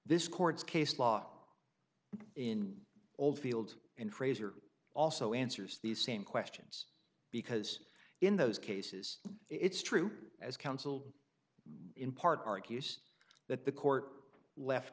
this court's case law in oldfield and fraser also answers these same questions because in those cases it's true as counsel in part argues that the court left